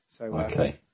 Okay